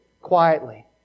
quietly